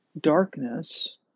darkness